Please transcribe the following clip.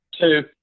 Two